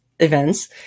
events